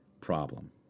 problem